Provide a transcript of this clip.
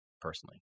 personally